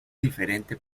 diferente